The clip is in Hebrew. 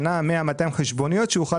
200-100 חשבוניות לשנה כדי שהוא יוכל